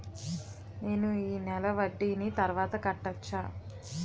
నేను ఈ నెల వడ్డీని తర్వాత కట్టచా?